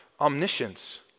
omniscience